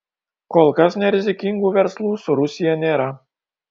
kol kas nerizikingų verslų su rusija nėra